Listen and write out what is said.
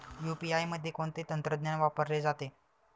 UPI मध्ये कोणते तंत्रज्ञान वापरले जाते?